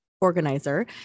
organizer